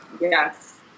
Yes